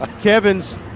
Kevin's